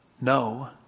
No